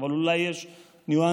אבל אולי יש ניואנסים,